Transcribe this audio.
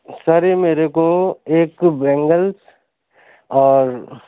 sorry میرے کو ایک بینگل اور